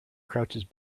crouches